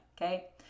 Okay